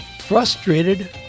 frustrated